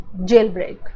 jailbreak